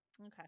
Okay